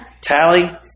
Tally